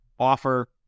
offer